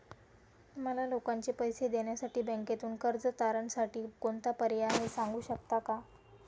मला लोकांचे पैसे देण्यासाठी बँकेतून कर्ज तारणसाठी कोणता पर्याय आहे? सांगू शकता का?